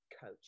coach